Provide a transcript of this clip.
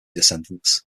descendants